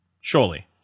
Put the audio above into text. Surely